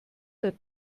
der